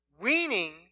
Weaning